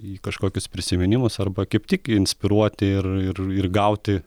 į kažkokius prisiminimus arba kaip tik inspiruoti ir ir ir gauti